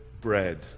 bread